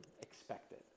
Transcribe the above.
expected